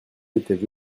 étaient